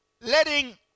letting